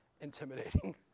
intimidating